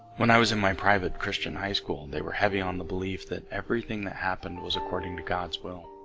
when i was in my private christian high school they were heavy on the belief that everything that happened was according to god's will